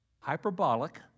Hyperbolic